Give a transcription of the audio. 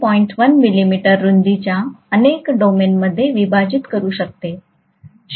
1 millimetre रूंदीच्या अनेक डोमेनमध्ये विभाजित करू शकतो